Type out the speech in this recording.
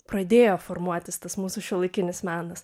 pradėjo formuotis tas mūsų šiuolaikinis menas